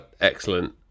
excellent